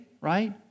right